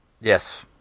Yes